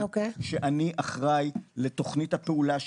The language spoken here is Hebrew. שאני אחראי לתוכנית הפעולה שלהן,